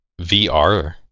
VR